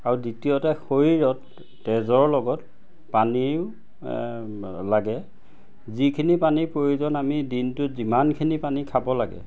আৰু দ্বিতীয়তে শৰীৰত তেজৰ লগত পানীও লাগে যিখিনি পানীৰ প্ৰয়োজন আমি দিনটোত যিমানখিনি পানী খাব লাগে